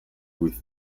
with